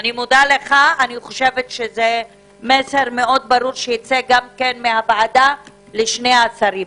אני חושבת שזה מסר מאד ברור שייצא מהוועדה לשני השרים.